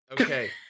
Okay